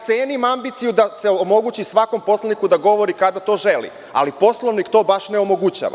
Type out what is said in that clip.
Cenim ambiciju da se omogući svakom poslaniku da govori kada to želi, ali Poslovnik to baš ne omogućava.